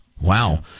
Wow